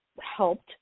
helped